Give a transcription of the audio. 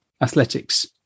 athletics